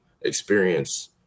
experience